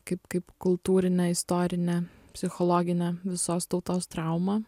kaip kaip kultūrinę istorinę psichologinę visos tautos traumą